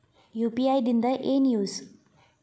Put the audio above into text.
UPI ದಿಂದ ಏನು use?